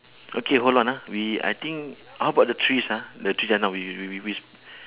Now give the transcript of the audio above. okay hold on ah we I think how about the trees ah the trees just now we we we we we